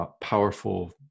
powerful